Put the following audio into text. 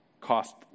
cost